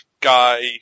guy